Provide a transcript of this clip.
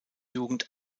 jugend